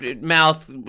mouth